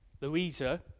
Louisa